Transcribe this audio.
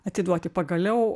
atiduoti pagaliau